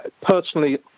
Personally